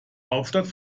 hauptstadt